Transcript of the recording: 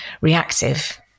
reactive